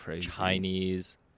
Chinese